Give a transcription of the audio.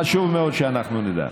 חשוב מאוד שאנחנו נדע.